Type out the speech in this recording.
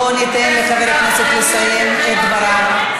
בואו ניתן לחבר הכנסת לסיים את דבריו.